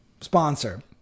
sponsor